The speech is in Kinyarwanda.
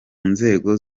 nzego